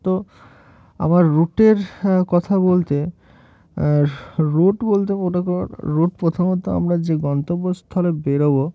তো আমার রুটের কথা বলতে রুট বলতে মনে করুন রুট প্রথমত আমরা যে গন্তব্যস্থলে বেরবো